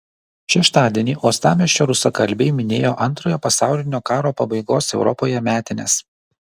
šeštadienį uostamiesčio rusakalbiai minėjo antrojo pasaulinio karo pabaigos europoje metines